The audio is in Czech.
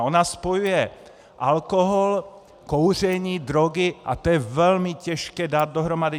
Ona spojuje alkohol, kouření, drogy a to je velmi těžké dát dohromady.